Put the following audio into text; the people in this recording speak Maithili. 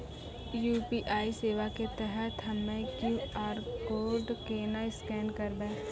यु.पी.आई सेवा के तहत हम्मय क्यू.आर कोड केना स्कैन करबै?